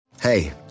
Hey